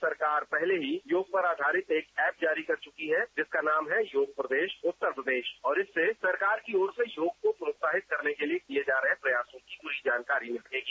राज्य सरकार पहले ही योग पर आधारित एक ऐप जारी कर चुकी है जिसका नाम है योग प्रदेश उत्तर प्रदेश और इससे सरकार की ओर से योग को प्रोत्साहित करने के लिए किए जा रहे प्रयासों की पूरी जानकारी मिलेगी